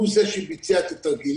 הוא זה שביצע את התרגילים,